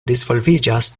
disvolviĝas